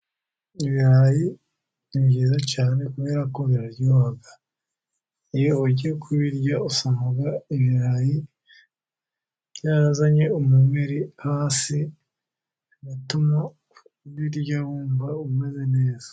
Ibirayi ni byiza cyane kubera ko biraryoha. Iyo ugiye kubirya usanga ibirayi byazanye umumeri hasi, utuma ubirya wumva umeze neza.